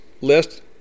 list